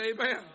Amen